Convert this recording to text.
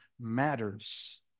matters